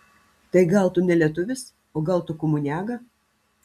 tai gal tu ne lietuvis o gal tu komuniaga